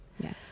Yes